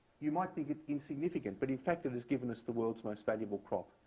you might think it insignificant, but in fact it has given us the world's most valuable crop.